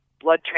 blood